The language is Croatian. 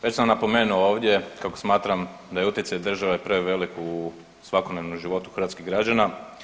Već sam napomenuo ovdje kako smatram da je utjecaj države prevelik u svakodnevnom životu hrvatskih građana.